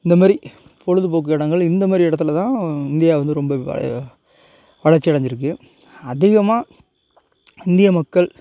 இந்த மாரி பொழுதுபோக்கு இடங்கள் இந்த மாரி இடத்துலதான் இந்தியா வந்து ரொம்ப வள வளர்ச்சி அடைஞ்சிருக்கு அதிகமாக இந்திய மக்கள்